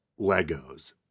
Legos